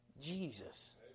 Jesus